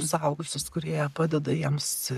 suaugusius kurie padeda jiems